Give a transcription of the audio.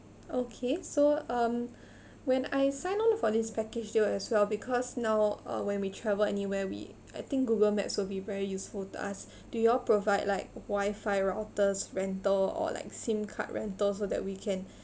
okay so um when I sign on for this package deal as well because now uh when we travel anywhere we I think google maps will be very useful to us do you all provide like wifi routers rental or like SIM card rental so that we can